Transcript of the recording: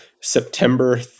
September